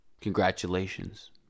congratulations